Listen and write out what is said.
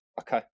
Okay